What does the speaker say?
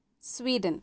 Sweden